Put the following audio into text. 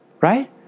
Right